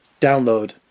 download